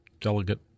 delegate